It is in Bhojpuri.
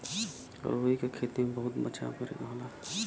रुई क खेती में बहुत बचाव करे के होला